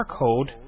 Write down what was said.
barcode